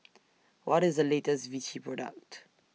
What IS The latest Vichy Product